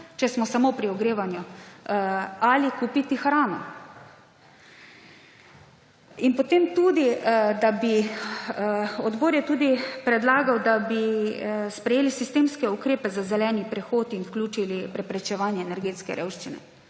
če smo samo pri ogrevanju, ali kupiti hrano. In odbor je tudi predlagal, da bi sprejeli sistemske ukrepe za zeleni prehod in vključili preprečevanje energetske revščine.